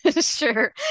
Sure